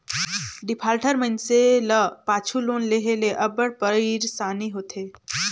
defaulter मइनसे ल पाछू लोन लेहे ले अब्बड़ पइरसानी होथे